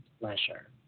pleasure